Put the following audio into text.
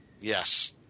Yes